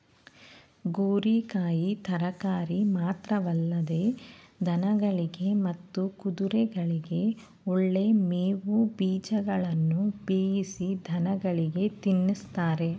ಗೋರಿಕಾಯಿ ತರಕಾರಿ ಮಾತ್ರವಲ್ಲದೆ ದನಗಳಿಗೆ ಮತ್ತು ಕುದುರೆಗಳಿಗೆ ಒಳ್ಳೆ ಮೇವು ಬೀಜಗಳನ್ನು ಬೇಯಿಸಿ ದನಗಳಿಗೆ ತಿನ್ನಿಸ್ತಾರೆ